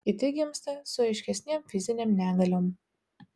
kiti gimsta su aiškesnėm fizinėm negaliom